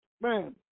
Man